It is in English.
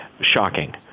shocking